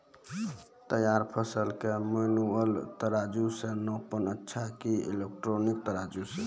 तैयार फसल के मेनुअल तराजु से नापना अच्छा कि इलेक्ट्रॉनिक तराजु से?